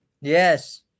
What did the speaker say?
Yes